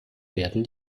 werden